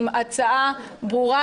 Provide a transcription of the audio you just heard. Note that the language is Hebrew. עם הצעה ברורה,